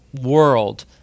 world